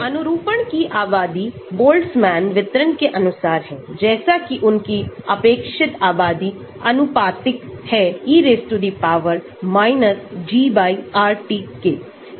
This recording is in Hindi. अनुरूपण की आबादी बोल्ट्जमैन वितरण के अनुसार हैं जैसे कि उनकी आपेक्षिक आबादी आनुपातिक हैं e GRT के